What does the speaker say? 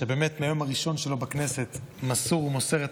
שבאמת מהיום הראשון שלו בכנסת מסר ומוסר את